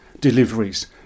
deliveries